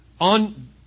On